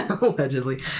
Allegedly